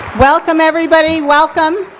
welcome everybody, welcome,